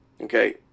Okay